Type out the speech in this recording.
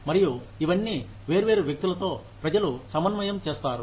మరియు ఇవన్నీ వేర్వేరు వ్యక్తులతో ప్రజలు సమన్వయం చేస్తారు